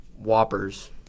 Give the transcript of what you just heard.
Whoppers